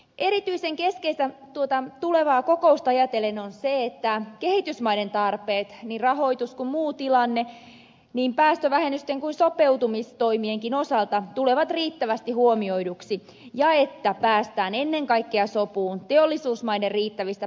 erityisen keskeistä tuota tulevaa kokousta ajatellen on se että kehitysmaiden tarpeet niin rahoitus kuin muu tilanne niin päästövähennysten kuin sopeutumistoimienkin osalta tulevat riittävästi huomioiduiksi ja että päästään ennen kaikkea sopuun teollisuusmaiden riittävistä päästövähennyksistä